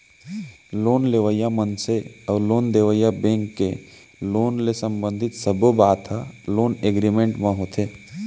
loan लेवइया मनसे अउ लोन देवइया बेंक के लोन ले संबंधित सब्बो बात ह लोन एगरिमेंट म होथे